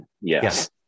Yes